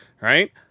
Right